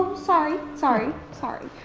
sorry, sorry, sorry.